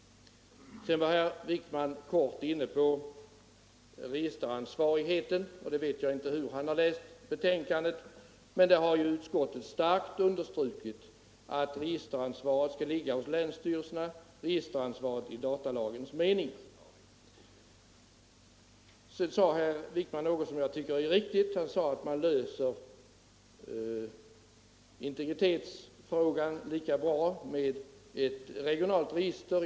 Herr Wijkman var kort inne på registeransvarigheten. Jag vet inte hur han har läst betänkandet, men utskottet har starkt understrukit att registeransvaret i datalagens mening skall ligga hos länsstyrelserna. Sedan sade herr Wijkman något som jag tycker är riktigt, nämligen att man löser integritetsfrågan lika bra med ett regionalt register.